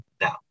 now